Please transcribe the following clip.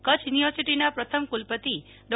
કચ્છ યુનિવર્સિટીના પ્રથમ કુલપતિ ડો